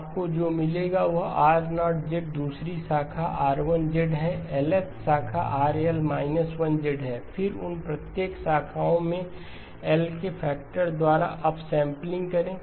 आपको जो मिलेगा वह R0 दूसरी शाखा R1 है L th शाखा RL 1 है फिर उन प्रत्येक शाखाओं में L के फैक्टर द्वारा अपसैंपलिंग करे